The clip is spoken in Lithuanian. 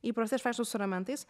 įprastai aš vaikštau su ramentais